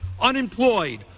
unemployed